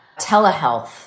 telehealth